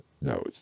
No